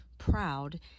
Proud